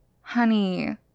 Honey